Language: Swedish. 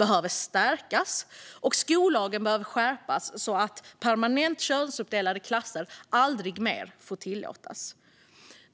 och stärkas och skollagen skärpas så att permanent könsuppdelade klasser aldrig mer får tillåtas.